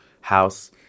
house